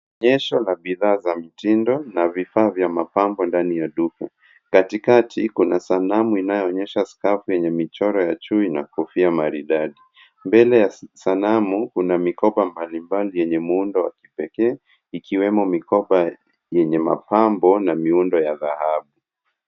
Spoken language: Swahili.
Onyesho la bidhaa za mtindo na vifaa vya mapambo ndani ya duka. Katikati kuna sanamu inayoonyesha skafu yenye michoro ya chui na kofia maridadi. Mbele ya sanamu kuna mikomba mbalimbali yenye muundo wa kipekee ikiwemo mikoba yenye mapambo na miundo ya dhahabu.